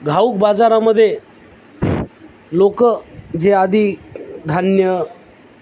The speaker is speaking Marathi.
घाऊक बाजारामधे लोक जे आधी धान्य